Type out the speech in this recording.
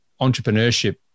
entrepreneurship